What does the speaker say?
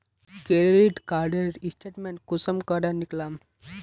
Credit कार्डेर statement कुंसम करे निकलाम?